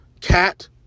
Cat